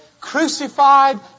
crucified